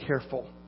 careful